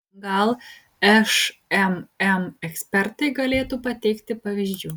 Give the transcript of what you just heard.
gal šmm ekspertai galėtų pateikti pavyzdžių